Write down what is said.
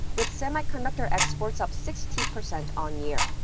with semiconductor exports up sixty percent on-year.